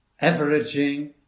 averaging